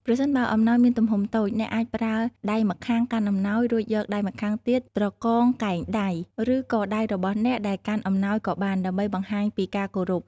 ប្រសិនបើអំណោយមានទំហំតូច អ្នកអាចប្រើដៃម្ខាងកាន់អំណោយ រួចយកដៃម្ខាងទៀតត្រកងកែងដៃ ឬកដៃរបស់អ្នកដែលកាន់អំណោយក៏បាន ដើម្បីបង្ហាញពីការគោរព។